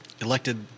elected